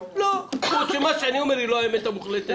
לא, כמו שמה שאני אומר היא לא האמת המוחלטת.